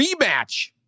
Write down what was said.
rematch